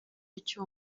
icyo